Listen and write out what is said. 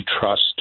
trust